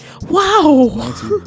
wow